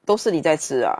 都是你在吃啊